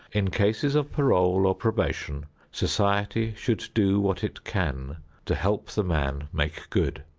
in cases of parole or probation, society should do what it can to help the man make good.